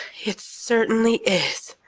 it certainly is.